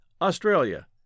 Australia